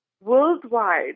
Worldwide